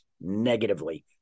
negatively